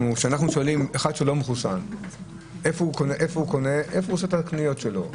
שואלים אחד שלא מחוסן היכן הוא עושה את הקניות שלו,